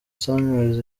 sunrise